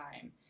time